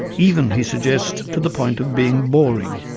even, he suggests, to the point of being boring.